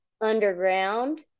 underground